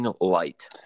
Light